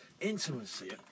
intimacy